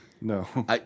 No